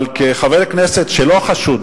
אבל כחבר כנסת שלא חשוד,